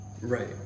right